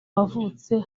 wavutse